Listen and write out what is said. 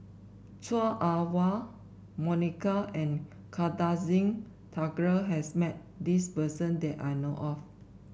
Chua Ah Huwa Monica and Kartar Singh Thakral has met this person that I know of